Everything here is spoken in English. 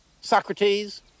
Socrates